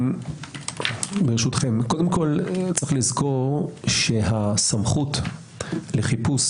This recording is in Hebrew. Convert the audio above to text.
יש לזכור, קודם כל, שהסמכות לחיפוש